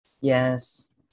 Yes